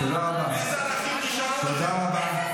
תודה רבה.